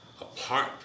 apart